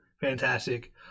Fantastic